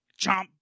chomp